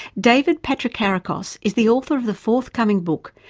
david patrikarakos is the author of the forthcoming book,